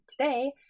today